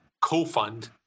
co-fund